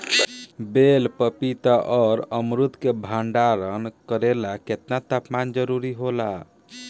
बेल पपीता और अमरुद के भंडारण करेला केतना तापमान जरुरी होला?